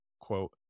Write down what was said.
quote